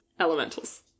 elementals